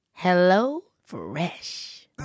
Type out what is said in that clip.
HelloFresh